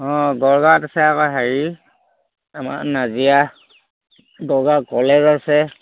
অঁ গড়গাঁৱত আছে আকৌ হেৰি আমাৰ নাজিৰা গড়গাঁও কলেজ আছে